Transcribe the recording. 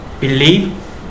believe